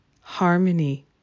harmony